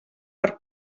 per